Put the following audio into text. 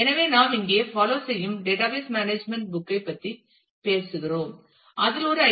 எனவே நாம் இங்கே பாலோ செய்யும் டேட்டாபேஸ் மேனேஜ்மென்ட் புக் ஐ பற்றி பேசுகிறோம் என்றால் அதில் ஒரு ஐ